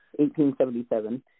1877